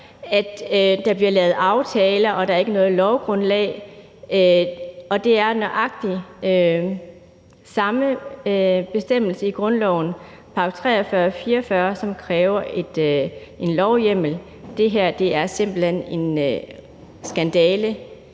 at der bliver lavet aftaler, hvor der ikke er noget lovgrundlag, og det er nøjagtig samme bestemmelse i grundloven, § 43 og § 44, som kræver en lovhjemmel. Det her er simpelt hen en skandale